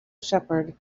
shepherd